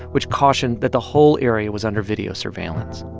which cautioned that the whole area was under video surveillance.